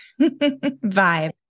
vibe